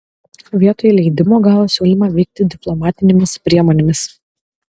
vietoj leidimo gavo siūlymą veikti diplomatinėmis priemonėmis